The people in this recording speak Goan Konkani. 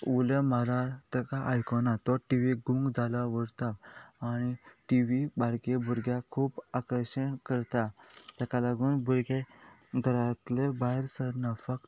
उल्यो म्हार ताका आयकना तो टी वी गूंक जालो व्हरता आनी टी वी बारगी भुरग्याक खूब आकर्शीण करता तेका लागून भुरगे घरांतले भायर सर नाफाक